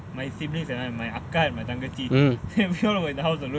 my siblings and I my அக்கா:akka and my தங்கச்சி:tangachi then we all were in my house alone